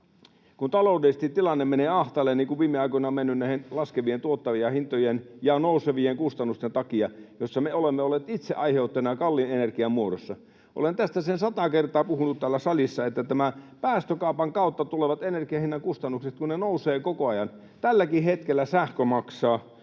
että taloudellisesti tilanne menee ahtaalle, niin kuin viime aikoina on mennyt näiden laskevien tuottajahintojen ja nousevien kustannusten takia, joissa me olemme olleet itse aiheuttajina kalliin energian muodossa. Olen tästä sen sata kertaa puhunut täällä salissa, että nämä päästökaupan kautta tulevat energiahinnan kustannukset nousevat koko ajan. Tälläkin hetkellä sähkö maksaa,